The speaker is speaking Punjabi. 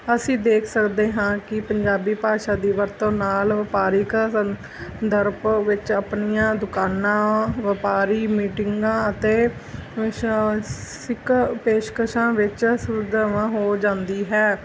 ਅਸੀਂ ਦੇਖ ਸਕਦੇ ਹਾਂ ਕਿ ਪੰਜਾਬੀ ਭਾਸ਼ਾ ਦੀ ਵਰਤੋਂ ਨਾਲ ਵਪਾਰਿਕ ਵਿੱਚ ਆਪਣੀਆਂ ਦੁਕਾਨਾਂ ਵਪਾਰੀ ਮੀਟਿੰਗਾਂ ਅਤੇ ਸਿੱਖ ਪੇਸ਼ਕਸ਼ਾਂ ਵਿੱਚ ਸੁਵਿਧਾ ਹੋ ਜਾਂਦੀ ਹੈ